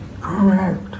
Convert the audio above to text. Correct